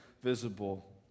visible